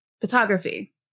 Photography